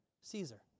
Caesar